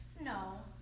No